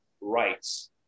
rights